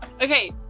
Okay